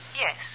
Yes